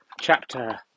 chapter